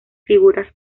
figuras